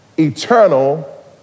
eternal